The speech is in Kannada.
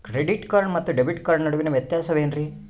ಕ್ರೆಡಿಟ್ ಕಾರ್ಡ್ ಮತ್ತು ಡೆಬಿಟ್ ಕಾರ್ಡ್ ನಡುವಿನ ವ್ಯತ್ಯಾಸ ವೇನ್ರೀ?